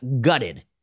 gutted